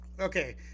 Okay